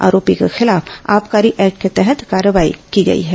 आरोपी के खिलाफ आबकारी एक्ट के तहत कार्रवाई की गई है